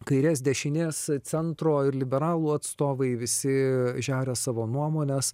kairės dešinės centro ir liberalų atstovai visi žeria savo nuomones